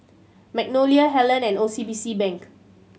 Magnolia Helen and O C B C Bank